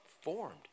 formed